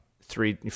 three